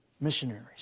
missionaries